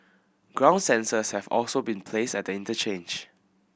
ground sensors have also been placed at the interchange